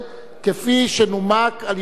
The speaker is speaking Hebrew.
שנומקה על-ידי